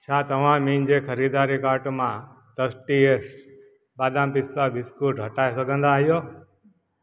छा तव्हां मुंहिंजे ख़रीदारी कार्ट मां तसटीएस बादाम पिस्ता बिस्कूट हटाए सघंदा आहियो